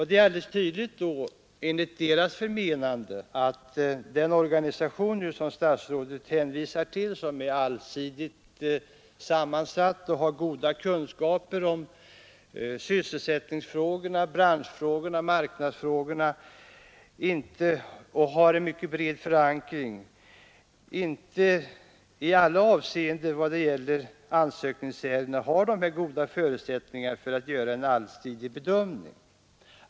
Det är alltså tydligt att den organisation som statsrådet hänvisar till som allsidigt sammansatt, med goda kunskaper om sysselsättningsfrågorna, branschfrågorna och marknadsfrågorna och med en mycket bred förankring inte i alla avseenden när det gäller ansökningsärenden har så goda förutsättningar för att göra en allsidig bedömning.